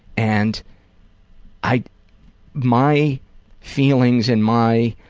and i my feelings and my